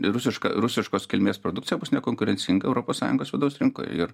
rusiška rusiškos kilmės produkcija bus nekonkurencinga europos sąjungos vidaus rinkoj ir